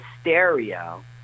stereo